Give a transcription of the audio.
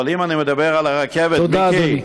אבל אם אני מדבר על הרכבת, תודה, אדוני.